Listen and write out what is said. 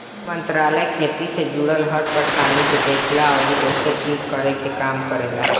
इ मंत्रालय खेती से जुड़ल हर परेशानी के देखेला अउरी ओके ठीक करे के काम करेला